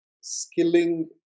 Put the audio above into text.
skilling